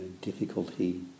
difficulty